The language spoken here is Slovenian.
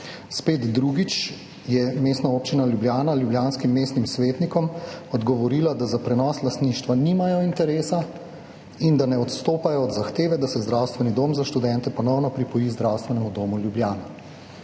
spet drugič je Mestna občina Ljubljana ljubljanskim mestnim svetnikom odgovorila, da za prenos lastništva nimajo interesa in da ne odstopajo od zahteve, da se zdravstveni dom za študente ponovno pripoji Zdravstvenemu domu Ljubljana.